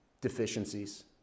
deficiencies